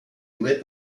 lit